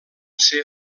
ser